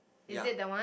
ya